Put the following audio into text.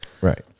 Right